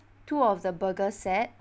two of the burger set